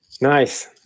Nice